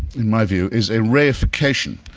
in my view, is a reification,